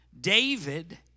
David